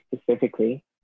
specifically